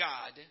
God